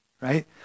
Right